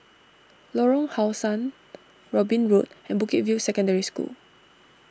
Lorong How Sun Robin Road and Bukit View Secondary School